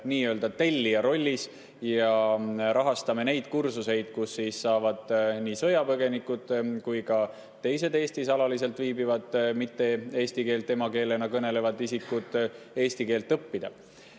nii-öelda tellija rollis ja rahastame neid kursuseid, kus saavad nii sõjapõgenikud kui ka teised Eestis alaliselt viibivad eesti keelt emakeelena mitte kõnelevad isikud eesti keelt õppida.